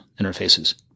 interfaces